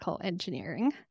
engineering